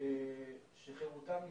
שחירותם נפגעת,